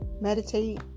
Meditate